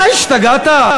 אתה השתגעת?